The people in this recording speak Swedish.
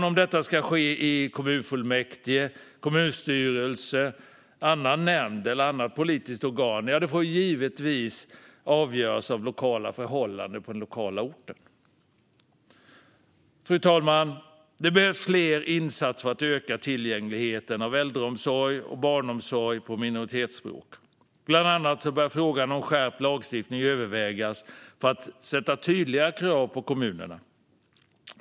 Om detta sedan ska ske i kommunfullmäktige, kommunstyrelse, annan nämnd eller annat politiskt organ får givetvis avgöras av lokala förhållanden på den lokala orten. Fru talman! Det behövs fler insatser för att öka tillgängligheten till äldreomsorg och barnomsorg på minoritetsspråk. Bland annat bör frågan om skärpt lagstiftning övervägas för att ställa tydligare krav på kommunerna.